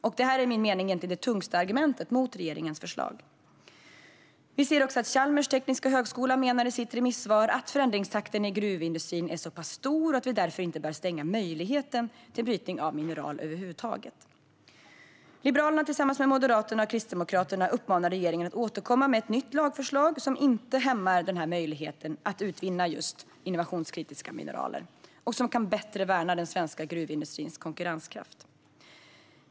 Det är enligt min mening det tyngsta argumentet mot regeringens förslag. Chalmers tekniska högskola menar i sitt remissvar att förändringstakten i gruvindustrin är så pass hög att vi inte bör stänga möjligheten till brytning av mineraler över huvud taget. Liberalerna uppmanar tillsammans med Moderaterna och Kristdemokraterna regeringen att återkomma med ett nytt lagförslag som inte hämmar den här möjligheten att utvinna innovationskritiska mineraler och som bättre kan värna den svenska gruvindustrins konkurrenskraft.